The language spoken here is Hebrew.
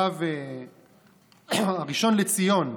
הרב הראשון לציון,